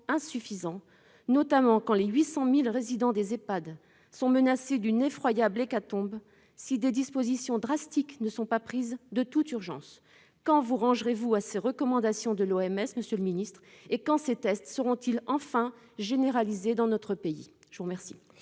insuffisants, notamment au regard des 800 000 résidents des Ehpad menacés d'une effroyable hécatombe si des dispositions drastiques ne sont pas prises de toute urgence. Monsieur le ministre, quand vous rangerez-vous à ces recommandations de l'OMS et quand ces tests seront-ils enfin généralisés dans notre pays ?